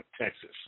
Texas